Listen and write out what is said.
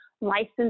license